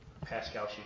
Pascal